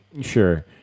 Sure